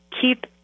keep